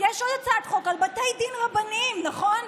יש עוד הצעת חוק על בתי דין רבניים, נכון?